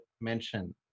mention